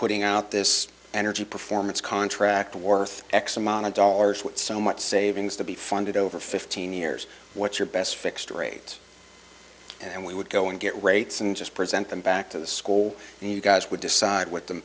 putting out this energy performance contract worth x amount of dollars with so much savings to be funded over fifteen years what's your best fixed rate and we would go and get rates and just present them back to the school and you guys would decide what the